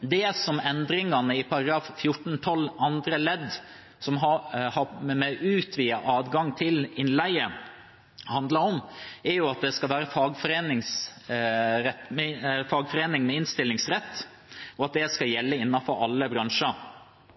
Det som endringene i § 14-12 andre ledd, om utvidet adgang til innleie, handler om, er at det skal være inngått tariffavtale med fagforening med innstillingsrett, og at det skal gjelde innenfor alle bransjer.